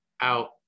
out